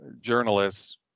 journalists